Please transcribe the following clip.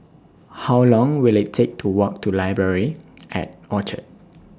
How Long Will IT Take to Walk to Library At Orchard